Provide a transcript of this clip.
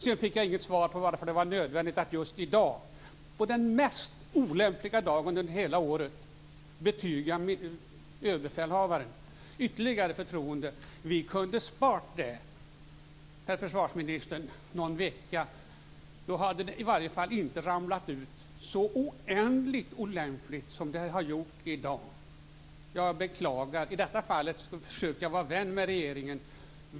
Jag fick inget svar på frågan varför det var nödvändigt att just i dag, på den mest olämpliga dagen under hela året, betyga överbefälhavaren ytterligare förtroende. Vi kunde ha sparat det någon vecka, herr försvarsminister. Då hade det i varje fall inte ramlat ut så oerhört olämpligt som det har gjort i dag. Jag beklagar det. I detta fall försökte jag att vara vän med regeringen.